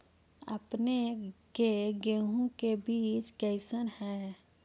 अपने के गेहूं के बीज कैसन है?